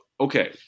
Okay